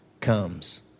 comes